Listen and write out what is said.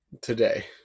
Today